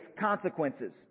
consequences